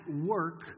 work